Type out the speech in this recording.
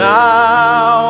now